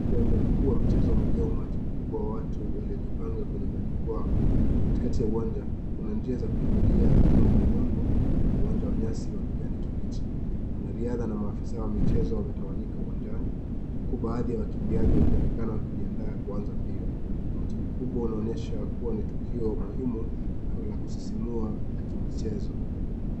kiwanja mkuu wa michezo umejaa umati mkubwa wa watu waliojipanga kwenye majukwaa. Katikati ya uwanja kuna njia za kukimbilia za rangi ya udongo na uwanja wa nyasi wa kijani kibichi. Wanariadha na maafisa wa michezo wametawanyika uwanjani, huku baadhi ya wakimbiaji wakionekana wakijiandaa kuanza mbio. Umati mkubwa unaonyesha kuwa ni tukio muhimu na la kusisimua la kimichezo.